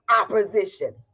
opposition